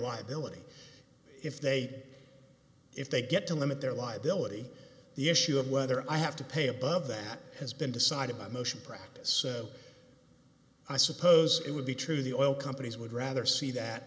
liability if they'd if they get to limit their liability the issue of whether i have to pay above that has been decided by motion practice so i suppose it would be true the oil companies would rather see that